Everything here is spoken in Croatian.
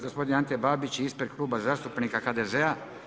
Gospodin Ante Babić ispred Kluba zastupnika HDZ-a.